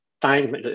time